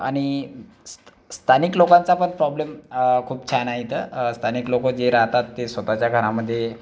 आणि स्त स्थानिक लोकांचा पण प्रॉब्लेम खूप छान आहे इथं तर स्थानिक लोक जे राहतात ते स्वतःच्या घरामध्ये